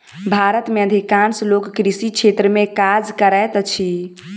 भारत में अधिकांश लोक कृषि क्षेत्र में काज करैत अछि